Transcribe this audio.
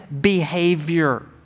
behavior